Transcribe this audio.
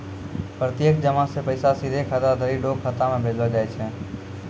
प्रत्यक्ष जमा से पैसा सीधे खाताधारी रो खाता मे भेजलो जाय छै